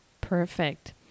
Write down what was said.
Perfect